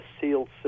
sealed